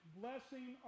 blessing